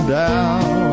down